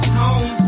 home